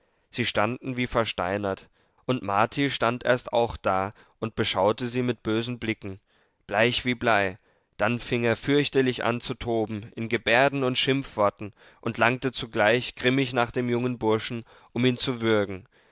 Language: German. sie standen wie versteinert und marti stand erst auch da und beschaute sie mit bösen blicken bleich wie blei dann fing er fürchterlich an zu toben in gebärden und schimpfworten und langte zugleich grimmig nach dem jungen burschen um ihn zu würgen